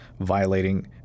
violating